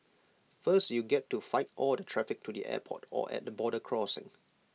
first you get to fight all the traffic to the airport or at the border crossing